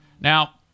Now